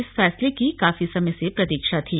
इस फैसले की काफी समय से प्रतीक्षा थी